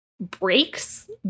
breaks